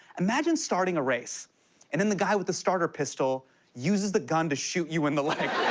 imagine starting a race and then the guy with the starter pistol uses the gun to shoot you in the leg.